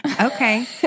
Okay